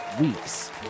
week's